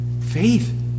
Faith